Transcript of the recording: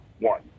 One